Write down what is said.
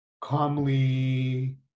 calmly